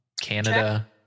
Canada